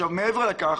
מעבר לכך.